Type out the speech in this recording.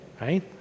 right